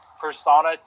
persona